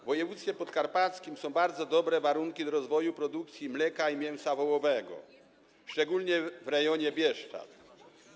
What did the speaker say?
W województwie podkarpackim są bardzo dobre warunki do rozwoju produkcji mleka i mięsa wołowego, szczególnie w rejonie Bieszczad.